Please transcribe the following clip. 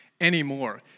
anymore